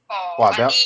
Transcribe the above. !wah! just